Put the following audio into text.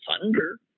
thunder